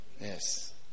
Yes